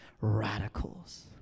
radicals